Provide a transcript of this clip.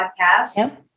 podcast